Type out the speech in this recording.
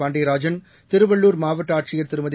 பாண்டியராஜன் திருவள்ளூர் மாவட்ட ஆட்சியர் திருமதி